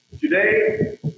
Today